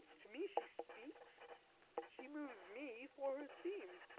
to me she speaks she moves me for her theme.